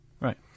Right